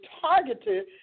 targeted